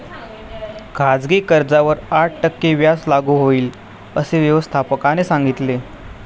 खाजगी कर्जावर आठ टक्के व्याज लागू होईल, असे व्यवस्थापकाने सांगितले